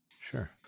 sure